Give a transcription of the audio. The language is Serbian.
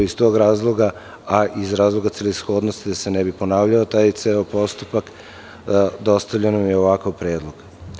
Iz tog razloga a iz razloga celishodnosti, da se ne bih ponavljao, taj ceo postupak, dostavljen vam je ovakav predlog.